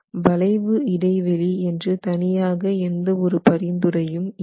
வளைவு இடைவெளி என்று தனி ஆக எந்த ஒரு பரிந்துரையும் இல்லை